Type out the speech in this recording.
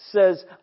says